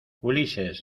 ulises